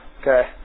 Okay